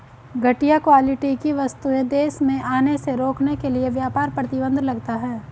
घटिया क्वालिटी की वस्तुएं देश में आने से रोकने के लिए व्यापार प्रतिबंध लगता है